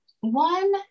One